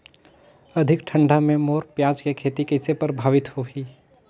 अधिक ठंडा मे मोर पियाज के खेती कइसे प्रभावित होही?